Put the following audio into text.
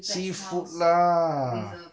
seafood lah